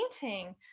painting